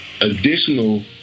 Additional